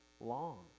long